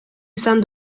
izan